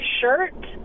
shirt